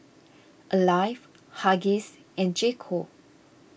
Alive Huggies and J Co